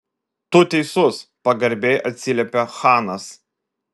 tu teisus pagarbiai atsiliepė chanas